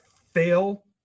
fail